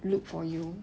look for you